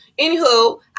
Anywho